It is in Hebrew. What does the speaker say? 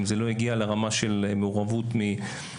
אם זה לא הגיע לרמה של מעורבות מהמבוגרים,